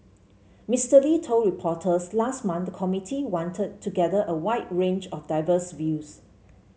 Mister Lee told reporters last month the committee wanted to gather a wide range of diverse views